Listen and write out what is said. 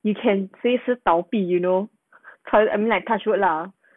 you can 随时倒闭 you know choi I mean like touch wood lah